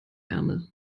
ärmel